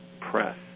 press